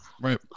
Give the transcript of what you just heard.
Right